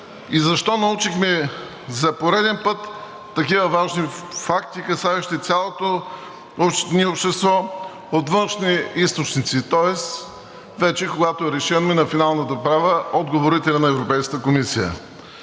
и защо научихме за пореден път такива важни факти, касаещи цялото ни общество, от външни източници, тоест, когато вече е решено и е на финалната права, от говорителя на Европейската комисия.